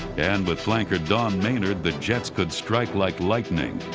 and with flanker don maynard the jets could strike like lightning.